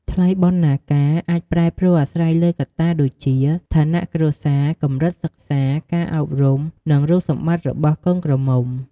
ថ្លៃបណ្ណាការអាចប្រែប្រួលអាស្រ័យលើកត្តាដូចជា ឋានៈគ្រួសារ កម្រិតសិក្សា ការអប់រុំ និងរូបសម្បត្តិរបស់កូនក្រមុំ។